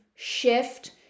shift